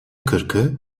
kırkı